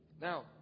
Now